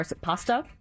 pasta